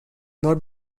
not